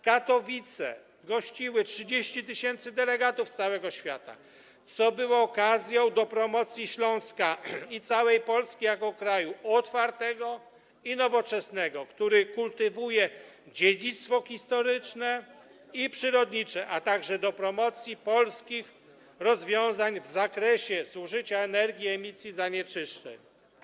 Katowice gościły 30 tys. delegatów z całego świata, co było okazją do promocji Śląska i całej Polski jako kraju otwartego i nowoczesnego, który kultywuje dziedzictwo historyczne i przyrodnicze, a także do promocji polskich rozwiązań w zakresie zużycia energii i emisji zanieczyszczeń.